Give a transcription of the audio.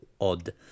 odd